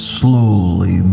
slowly